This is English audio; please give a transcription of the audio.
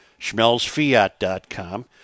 SchmelzFiat.com